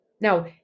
Now